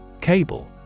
Cable